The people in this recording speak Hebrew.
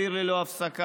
עיר ללא הפסקה,